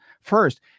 First